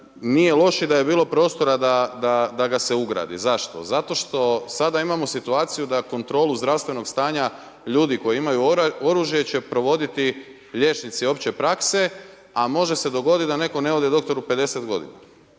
nije loše da je bilo prostora da ga se ugradi? Zašto? Zato što sada imamo situaciju da kontrolu zdravstvenog stanja ljudi koji imaju oružje će provoditi liječnici opće prakse, a može se dogoditi da netko ne ode doktoru 50 godina.